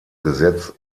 gesetz